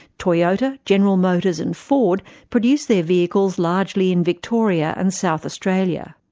toyota, general motors and ford produce their vehicles largely in victoria and south australia.